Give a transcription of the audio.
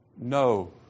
no